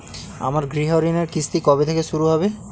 আমার গৃহঋণের কিস্তি কবে থেকে শুরু হবে?